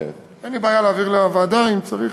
אין לי בעיה להעביר לוועדה אם צריך.